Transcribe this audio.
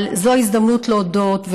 אבל זו ההזדמנות להודות,